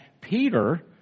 Peter